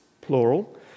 plural